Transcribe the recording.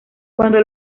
cuando